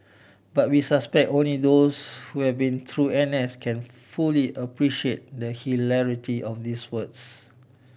but we suspect only those who have been through N S can fully appreciate the hilarity of these words